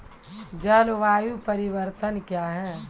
जलवायु परिवर्तन कया हैं?